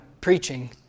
preaching